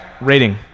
Rating